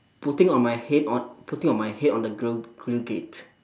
putting on my head on putting on my head on the grill grill gate